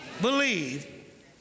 believe